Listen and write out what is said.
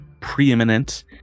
preeminent